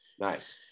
Nice